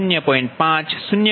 5 0